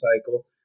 cycle